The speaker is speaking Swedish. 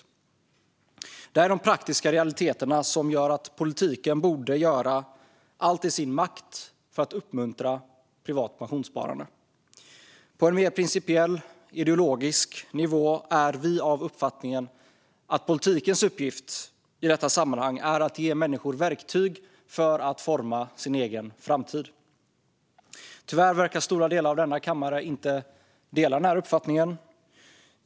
Detta är de praktiska realiteter som gör att politiken borde göra allt i sin makt för att uppmuntra privat pensionssparande. På en mer principiell, ideologisk nivå är vi av uppfattningen att politikens uppgift i detta sammanhang är att ge människor verktyg för att forma sin egen framtid. Tyvärr verkar stora delar av denna kammare inte dela denna uppfattning.